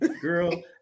girl